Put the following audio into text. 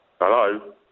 Hello